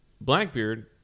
Blackbeard